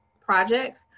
projects